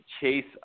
Chase